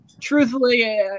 truthfully